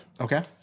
Okay